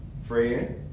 friend